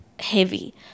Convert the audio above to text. heavy